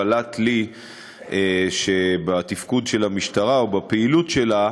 בלט לי מאוד שבתפקוד של המשטרה או בפעילות שלה,